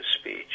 speech